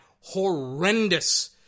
horrendous